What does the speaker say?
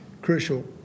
Crucial